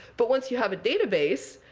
but once you have a database,